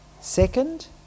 Second